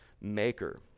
maker